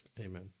Amen